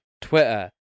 Twitter